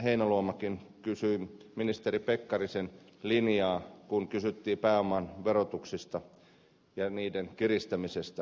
heinäluomakin kysyi ministeri pekkarisen linjaan kun kysyttiin pääoman verotuksesta ja sen kiristämisestä